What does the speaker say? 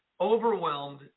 overwhelmed